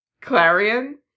Clarion